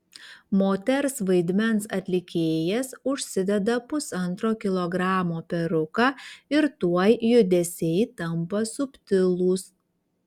moters vaidmens atlikėjas užsideda pusantro kilogramo peruką ir tuoj judesiai tampa subtilūs